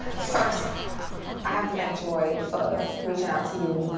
first i have to thank joy for reaching out to you.